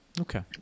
Okay